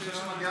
מנסור,